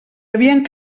havien